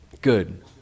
Good